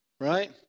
right